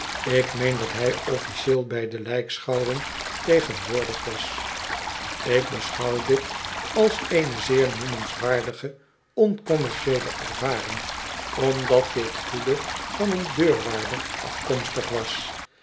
ik meen dat hij officieel bij de lijkschouwing tegenwoordig was ik beschouw dit als eene zeer noemenswaardige oncommercieele ervaring omdat dit goede van een deurwaarder afkomstig was